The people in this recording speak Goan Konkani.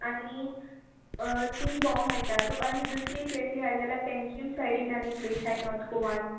आनी थिंग भोव मेळटा तुका आनी दुसरी प्लेसी आहाय जाल्यार पेंजीम सायडीन आनी प्लेस आहाय नॉत गोवान